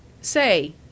Say